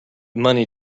money